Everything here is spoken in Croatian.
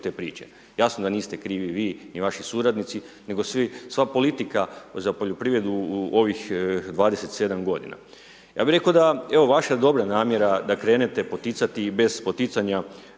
te priče. Jasno da niste krivi vi, ni vaši suradnici, nego sva politika za poljoprivredu u ovih 27 godina. Ja bi rekao da, evo vaša dobra namjera, da krenete poticati i bez poticanja